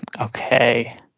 Okay